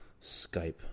Skype